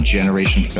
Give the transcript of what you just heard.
Generation